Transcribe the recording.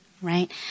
Right